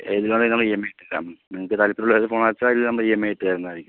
ഏതിനാണെങ്കിലും ഞങ്ങൾ E M I ഇട്ടു തരാം നിങ്ങൾക്ക് താത്പര്യമുള്ള ഏത് ഫോണാണെന്ന് വെച്ചാൽ ഇ എം ഐ ഇട്ട് തരുന്നതായിരിക്കും